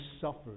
suffered